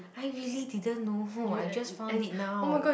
I really didn't know I just found it now